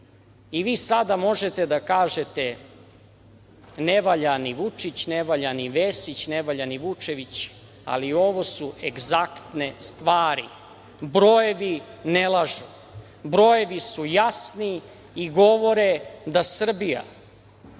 sada možete da kažete ne valja ni Vučić, ne valja ni Vesić, ne valja ni Vučević, ali ovo su egzaktne stvari. Brojevi ne lažu. Brojevi su jasni i govore da Srbija,